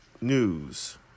News